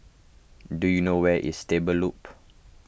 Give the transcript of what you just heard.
do you know where is Stable Loop